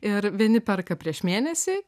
ir vieni perka prieš mėnesį